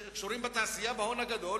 בתעשייה ובהון הגדול